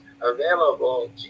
available